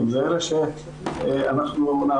חשוב מאוד שלא נוותר על השטח.